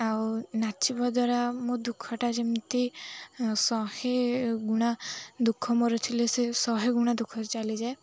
ଆଉ ନାଚିବା ଦ୍ୱାରା ମୋ ଦୁଃଖଟା ଯେମିତି ଶହେ ଗୁଣା ଦୁଃଖ ମୋର ଥିଲେ ସେ ଶହେ ଗୁଣା ଦୁଃଖ ଚାଲିଯାଏ